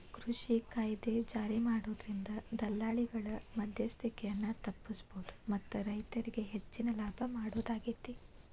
ಕೃಷಿ ಕಾಯ್ದೆ ಜಾರಿಮಾಡೋದ್ರಿಂದ ದಲ್ಲಾಳಿಗಳ ಮದ್ಯಸ್ತಿಕೆಯನ್ನ ತಪ್ಪಸಬೋದು ಮತ್ತ ರೈತರಿಗೆ ಹೆಚ್ಚಿನ ಲಾಭ ಮಾಡೋದಾಗೇತಿ